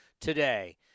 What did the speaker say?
today